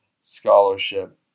scholarship